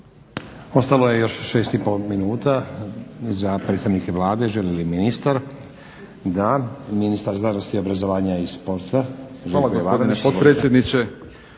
Ostalo je još 6 i pol minuta za predstavnike Vlade. Želi li ministar? Da. Ministar znanosti, obrazovanja i sporta